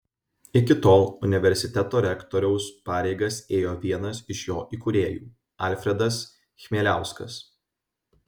iki tol universiteto rektoriaus pareigas ėjo vienas iš jo įkūrėjų alfredas chmieliauskas